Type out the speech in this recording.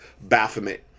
Baphomet